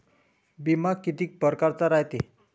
बिमा कितीक परकारचा रायते?